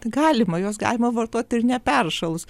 galima juos galima vartoti ir neperšalus